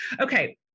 Okay